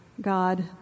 God